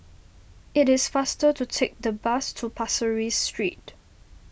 it is faster to take the bus to Pasir Ris Street